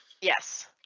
yes